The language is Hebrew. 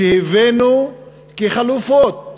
הבאנו כחלופות